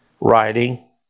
writing